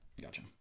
Gotcha